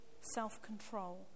self-control